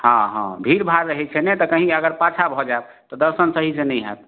हँ हँ भीड़भाड़ रहै छै ने तऽ कहीँ अगर पाछाँ भऽ जाएब तऽ दर्शन सहीसे नहि हैत